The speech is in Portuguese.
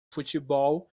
futebol